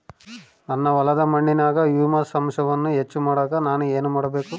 ನನ್ನ ಹೊಲದ ಮಣ್ಣಿನಾಗ ಹ್ಯೂಮಸ್ ಅಂಶವನ್ನ ಹೆಚ್ಚು ಮಾಡಾಕ ನಾನು ಏನು ಮಾಡಬೇಕು?